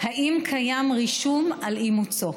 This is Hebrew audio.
אם קיים רישום על אימוצו.